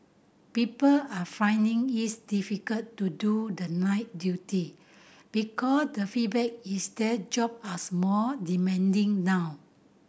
people are finding it's difficult to do the night duty because the feedback is that job as more demanding now